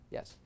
Yes